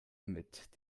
mit